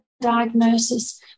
diagnosis